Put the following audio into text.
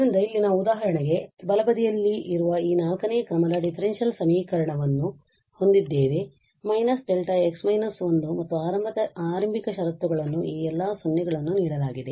ಆದ್ದರಿಂದ ಇಲ್ಲಿ ನಾವು ಉದಾಹರಣೆಗೆ ಬಲಬದಿಯಲ್ಲಿರುವ ಈ ನಾಲ್ಕನೇ ಕ್ರಮದ ಡಿಫರೆನ್ಷಿಯಲ್ ಸಮೀಕರಣವನ್ನು ಹೊಂದಿದ್ದೇವೆ δ x − 1 ಮತ್ತು ಆರಂಭಿಕ ಷರತ್ತುಗಳನ್ನು ಈ ಎಲ್ಲಾ 0 ಗಳನ್ನು ನೀಡಲಾಗಿದೆ